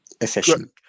Efficient